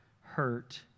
hurt